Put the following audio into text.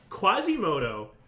Quasimodo